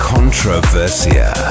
Controversia